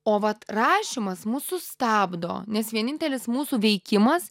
o vat rašymas mus sustabdo nes vienintelis mūsų veikimas